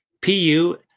P-U